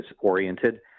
oriented